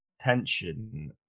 tension